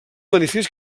manifest